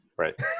right